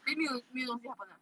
then 你有你有问 what happen 嘛